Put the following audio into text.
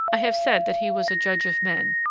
i have said that he was a judge of men,